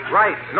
right